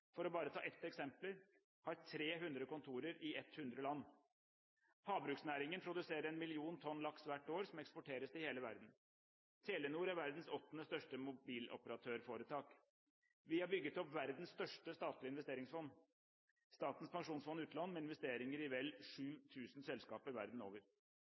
– for bare å ta ett eksempel – har 300 kontorer i 100 land. Havbruksnæringen produserer 1 mill. tonn laks hvert år som eksporteres til hele verden. Telenor er verdens åttende største mobiloperatørforetak. Vi har bygget opp verdens største statlige investeringsfond, Statens pensjonsfond utland, med investeringer i vel 7 000 selskaper verden over.